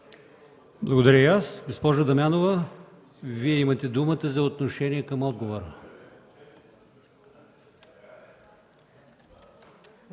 Благодаря и аз. Госпожо Дамянова, имате думата за отношение към отговора.